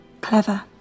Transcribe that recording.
clever